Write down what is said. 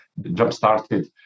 jump-started